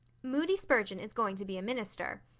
moody spurgeon is going to be a minister.